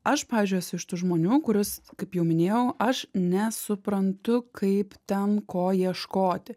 aš pavyzdžiui esu iš tų žmonių kuris kaip jau minėjau aš nesuprantu kaip ten ko ieškoti